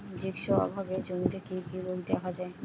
Zinc অভাবে জমিতে কি কি রোগ দেখাদেয়?